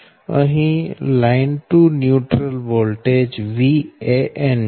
અહી line to neutral voltage Van છે